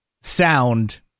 sound